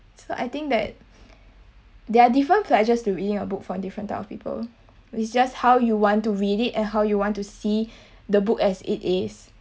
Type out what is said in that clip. so I think that there are different pleasure to reading a book for different type of people it's just how you want to read it and how you want to see the book as it is